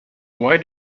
why